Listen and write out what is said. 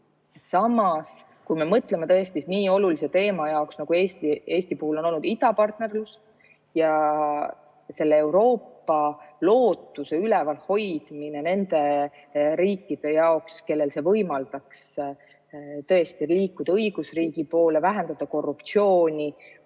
Samas, mõtleme ka nii olulisele teemale, nagu Eesti puhul on olnud idapartnerlus ja Euroopa-lootuse üleval hoidmine nende riikide jaoks, kellel see võimaldaks tõesti liikuda õigusriigi poole, vähendada korruptsiooni,